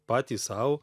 patys sau